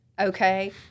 okay